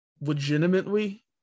legitimately